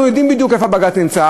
אנחנו יודעים בדיוק איפה הבג"ץ נמצא,